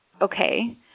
okay